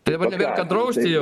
tai va nebėr ką drausti jau